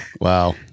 wow